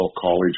College